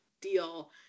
deal